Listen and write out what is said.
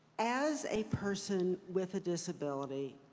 as a person with a disability,